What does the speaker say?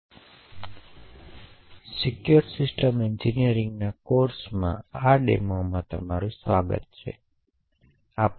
ઠીક છે તો ચાલો હવે કોડનો રીસીવર ભાગ જોઈએ